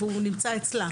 ונמצא אצלה.